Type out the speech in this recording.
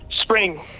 Spring